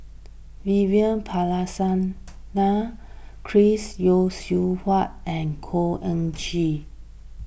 Vivian Balakrishnan Chris Yeo Siew Hua and Khor Ean Ghee